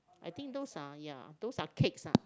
I think those are ya those are cakes ah